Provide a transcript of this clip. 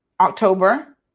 October